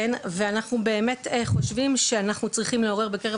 ואנחנו באמת חושבים שאנחנו צריכים לעורר בקרב